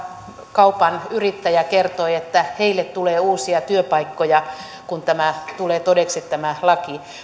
kaupan yrittäjä kertoi että heille tulee uusia työpaikkoja kun tämä laki tulee todeksi